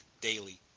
daily